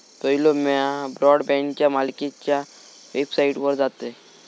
पयलो म्या ब्रॉडबँडच्या मालकीच्या वेबसाइटवर जातयं